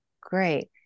Great